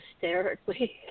hysterically